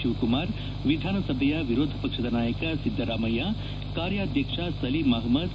ಶಿವಕುಮಾರ್ ವಿಧಾನಸಭೆಯ ವಿರೋಧ ಪಕ್ಷದ ನಾಯಕ ಸಿದ್ದರಾಮಯ್ಯ ಕಾರ್ಯಾಧ್ಯಕ್ಷ ಸಲೀಂ ಅಹಮದ್